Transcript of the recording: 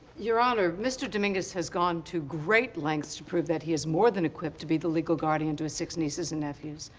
your honor, mr. dominguez has gone to great lengths to prove that he is more than equipped to be the legal guardian to his six nieces and nephews.